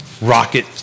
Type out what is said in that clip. rocket